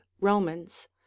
romans